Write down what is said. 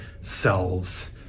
selves